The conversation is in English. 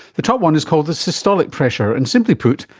the top one is called the systolic pressure and, simply put,